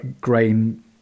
grain